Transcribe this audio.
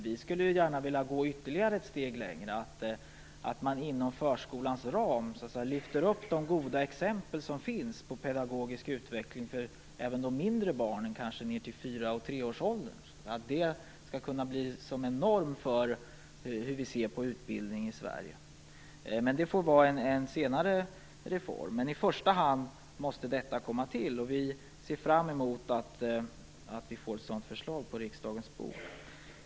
Vi skulle gärna vilja gå ytterligare ett steg, så att man inom förskolans ram lyfter fram de goda exemplen när det gäller pedagogisk utveckling även för de mindre barnen, kanske ned till tre eller fyraårsåldern. Det skulle kunna utgöra en norm för vår syn på utbildning i Sverige. Det får bli en senare reform, men det viktiga är att en sådan reform kommer till stånd. Vi ser fram emot ett sådant förslag på riksdagens bord.